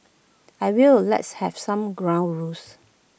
I will let's have some ground rules